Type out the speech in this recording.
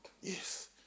Yes